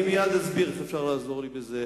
אני מייד אסביר איך אפשר לעזור לי בזה,